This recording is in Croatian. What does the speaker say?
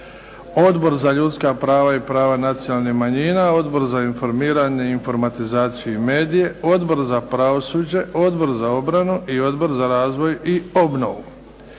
Odbor za ljudska prava i prava nacionalnih manjina, Odbor za informiranje, informatizaciju i medije, Odbor za pravosuđe, Odbor za obranu i Odbor za razvoj i obnovu.